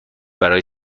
برای